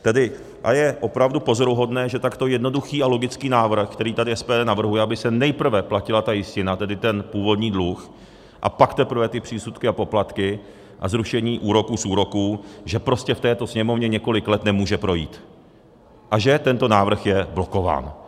Tedy je opravdu pozoruhodné, že takto jednoduchý a logický návrh, který tady SPD navrhuje, aby se nejprve platila ta jistina, tedy ten původní dluh, a pak teprve ty přísudky a poplatky a zrušení úroků z úroků, že prostě v této Sněmovně několik let nemůže projít a že tento návrh je blokován.